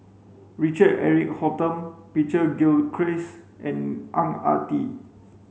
Richard Eric Holttum Peter Gilchrist and Ang Ah Tee